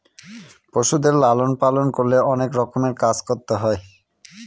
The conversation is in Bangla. পশুদের লালন পালন করলে অনেক রকমের কাজ করতে হয়